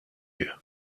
you